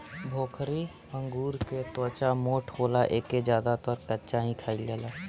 भोकरी अंगूर के त्वचा मोट होला एके ज्यादातर कच्चा ही खाईल जाला